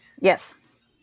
Yes